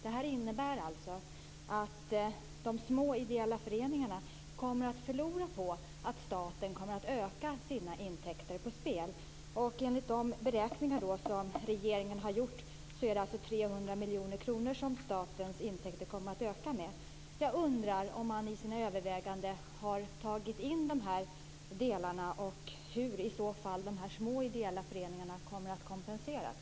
Det innebär att de små, ideella föreningarna kommer att förlora på att staten ökar sina intäkter på spel. Enligt de beräkningar som regeringen har gjort handlar det om att statens intäkter kommer att öka med 300 miljoner kronor. Jag undrar om man i sina överväganden har tagit in de här delarna och hur, i så fall, de små, ideella föreningarna kommer att kompenseras.